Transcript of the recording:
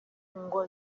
ngo